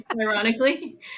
Ironically